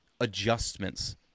adjustments